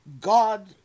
God